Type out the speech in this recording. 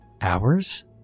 Hours